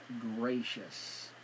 gracious